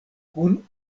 kun